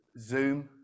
Zoom